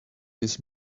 his